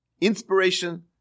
inspiration